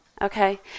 Okay